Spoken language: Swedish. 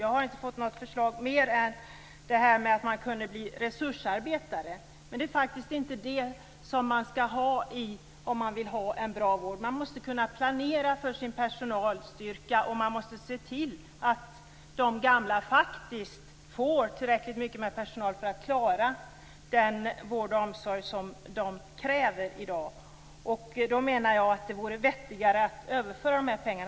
Jag har inte fått något mer förslag än detta om resursarbetare. Men det är inte det som man skall ha om man vill ha en bra vård. Man måste kunna planera för sin personalstyrka, och man måste se till att de gamla får tillräckligt mycket med personal om man skall klara den vård och omsorg som de kräver i dag. Då vore det vettigare att överföra dessa pengar.